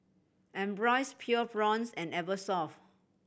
Ambros Pure Blondes and Eversoft